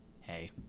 hey